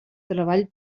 treball